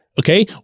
Okay